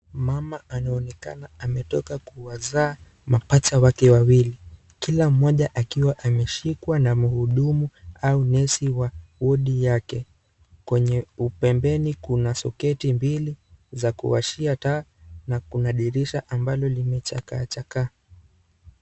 Mama anaonekana ametoka kuwazaa mapacha wake wawili, kila mmoja akiwa ameshikwa na mhudumu au nesi wa wadi yake, kwenye upembeni kuna soketi mbili za kuwashia taa na kuna dirisha ambalo limechakaa chakaa.